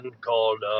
called